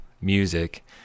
music